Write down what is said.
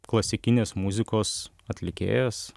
klasikinės muzikos atlikėjas